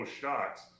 shots